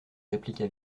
répliqua